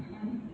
mmhmm